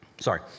sorry